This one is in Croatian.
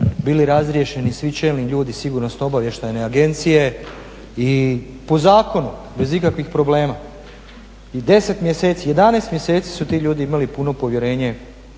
bili razriješeni svi čelni ljudi SOA-e i da po zakonu bez ikakvih problema 10 mjeseci, 11 mjeseci su ti ljudi imali puno povjerenje